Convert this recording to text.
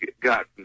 got